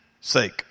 sake